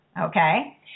okay